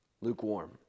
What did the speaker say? Lukewarm